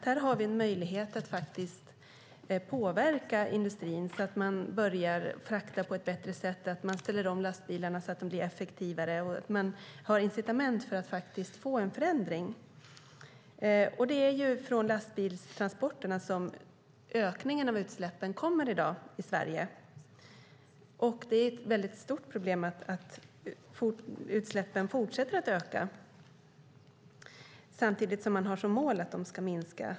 Här har vi en möjlighet att påverka industrin så att den börjar frakta på ett bättre sätt, ställer om lastbilarna så att de blir effektivare och har incitament till förändring. Det är från lastbilstransporterna som ökningen av utsläppen kommer i dag i Sverige. Det är ett väldigt stort problem att utsläppen fortsätter att öka samtidigt som man har som mål att de ska minska.